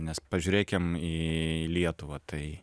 nes pažiūrėkim į lietuvą tai